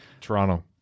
Toronto